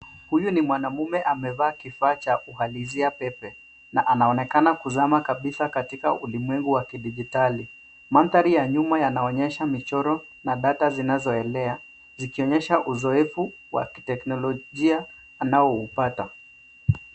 Huyu ni mwanaume amevaa kifaa cha uhalisia pepe na anaonekana kuzama kabisa katika ulimwengu wa kidijitali. Mandhari ya nyuma yanaonyesha michoro na data zinazoelea, zikionyesha uzoefu wa kiteknolojia anaoupata.